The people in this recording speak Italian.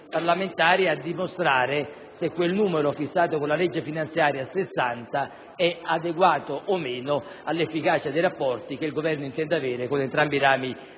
parlamentari a dimostrare se quel numero, fissato dalla legge finanziaria in 60, sia adeguato o no all'efficacia dei rapporti che il Governo intende avere con entrambi i rami